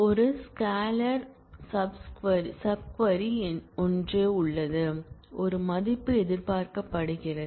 ஒரு scalar subquery ஒன்று ஒரு மதிப்பு எதிர்பார்க்கப்படுகிறது